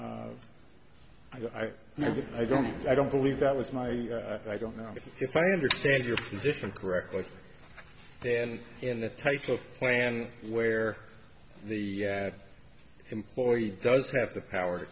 that i don't i don't believe that was my i don't know if i understand your position correctly then in the type of plan where the employee does have the power to